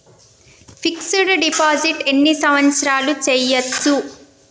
Fix డ్ deposit ఎన్ని సంవత్సరాలు చేయచ్చు?